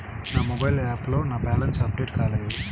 నా మొబైల్ యాప్లో నా బ్యాలెన్స్ అప్డేట్ కాలేదు